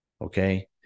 okay